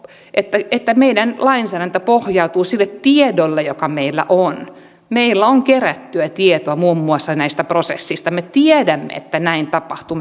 että että meidän lainsäädäntömme pohjautuu sille tiedolle joka meillä on meillä on kerättyä tietoa muun muassa näistä prosesseista me tiedämme että näin tapahtuu